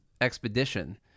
expedition